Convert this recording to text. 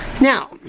Now